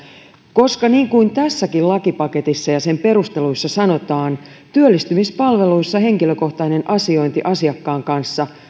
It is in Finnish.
koska niin kuin tässäkin lakipaketissa ja sen perusteluissa sanotaan työllistymispalveluissa henkilökohtainen asiointi asiakkaan kanssa